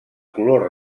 color